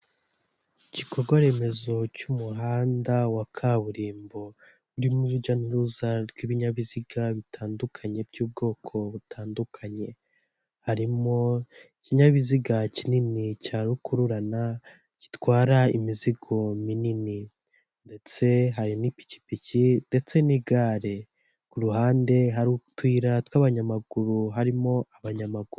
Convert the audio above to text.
Igikorwa remezo cy'umuhanda wa kaburimbo kirimo urujya n'uruza rw'ibinyabiziga bitandukanye by'ubwoko butandukanye. Harimo ikinyabiziga kinini cya rukururana gitwara imizigo minini ndetse hari n'ipikipiki ndetse n'igare. Ku ruhande hari utuyira tw'abanyamaguru harimo abanyamaguru.